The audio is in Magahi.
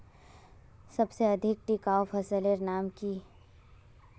सबसे अधिक टिकाऊ फसलेर नाम की?